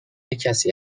کسی